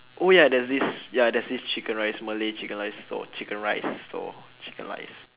oh ya there's this ya there's this chicken rice malay chicken rice stall chicken rice stall chicken rice